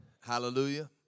Hallelujah